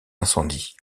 incendies